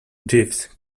jeeves